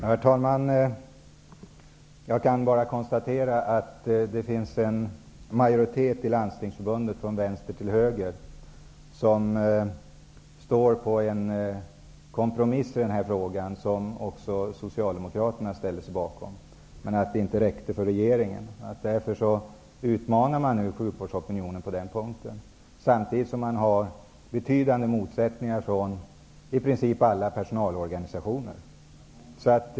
Herr talman! Jag kan bara konstatera att det finns en majoritet -- från vänster till höger -- i Landstingsförbundet som är för en kompromiss i den här frågan. Också Socialdemokraterna ställer sig bakom en sådan kompromiss. Men detta räcker inte för regeringen. Därför utmanar man nu sjukvårdsopinionen på den punkten. Samtidigt möter man betydande motsättningar från i princip alla personalorganisationer.